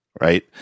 Right